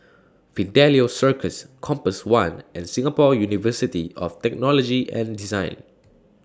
Fidelio Circus Compass one and Singapore University of Technology and Design